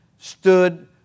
stood